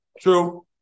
True